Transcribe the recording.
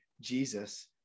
jesus